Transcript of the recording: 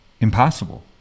impossible